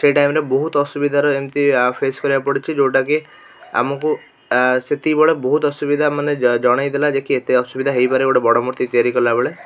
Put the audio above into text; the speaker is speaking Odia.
ସେଇ ଟାଇମ୍ରେ ବହୁତ ଅସୁବିଧାରେ ଏମିତି ଫେସ୍ କରିବାକୁ ପଡ଼ିଛି ଯେଉଁଟାକି ଆମକୁ ସେତିକିବେଳେ ବହୁତ ଅସୁବିଧା ମାନେ ଜଣାଇଦେଲା ଯେ କି ଏତେ ଅସୁବିଧା ହେଇପାରେ ଗୋଟେ ବଡ଼ ମୂର୍ତ୍ତି ତିଆରି କଲାବେଳେ